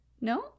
No